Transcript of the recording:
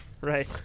right